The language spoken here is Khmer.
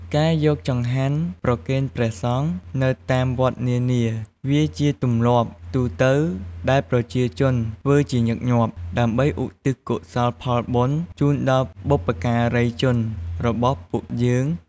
ការយកចង្កាន់ប្រគេនព្រះសង្ឃនៅតាមវត្តនានាវាជាទម្លាប់ទូទៅដែលប្រជាជនធ្វើជាញឺកញាប់ ដើម្បីឧទ្ទិសកុសលផលបុណ្យជូនដល់បុព្វការីជនរបស់ពួកយើង។